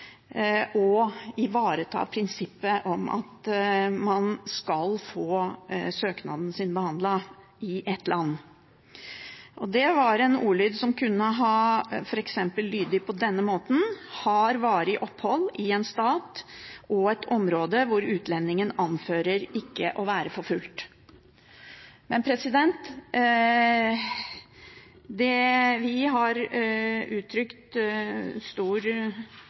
ivareta prinsippet om at man skal få søknaden sin behandlet i ett land. En ordlyd kunne f.eks. ha vært: … har varig opphold i en stat og et område hvor utlendingen anfører ikke å være forfulgt. Vi har uttrykt stor